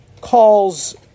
calls